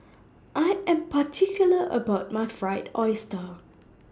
I Am particular about My Fried Oyster